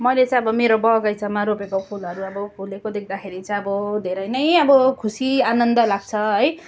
मैले चाहिँ अब मेरो बगैँचामा रोपेको फुलहरू अब फुलेको देख्दाखेरि चाहिँ अब धेरै नै अब खुसी आनन्द लाग्छ है